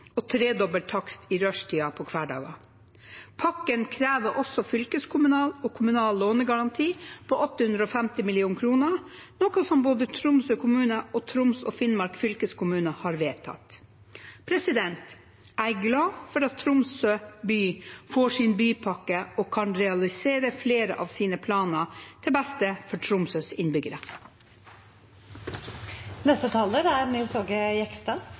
og tredobbel takst i rushtiden på hverdager. Pakken krever også fylkeskommunal og kommunal lånegaranti på 850 mill. kr, noe som både Tromsø kommune og Troms og Finnmark fylkeskommune har vedtatt. Jeg er glad for at Tromsø by får sin bypakke og kan realisere flere av sine planer til beste for Tromsøs